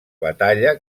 batalla